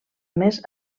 més